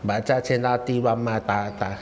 把价钱拉低乱卖的啦